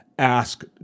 Ask